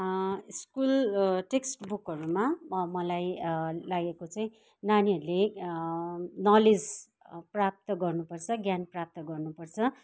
school text बुकहरूमा म मलाई लागेको चाहिँ नानीहरूले नलेज प्राप्त गर्नुपर्छ ज्ञान प्राप्त गर्नुपर्छ